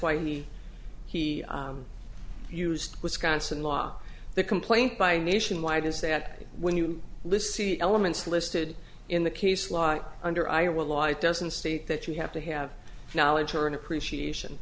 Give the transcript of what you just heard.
why the he used wisconsin law the complaint by nationwide is that when you list see elements listed in the case law under iowa law it doesn't state that you have to have knowledge or an appreciation